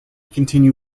continue